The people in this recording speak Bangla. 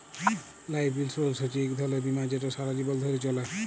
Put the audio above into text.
লাইফ ইলসুরেলস হছে ইক ধরলের বীমা যেট সারা জীবল ধ্যরে চলে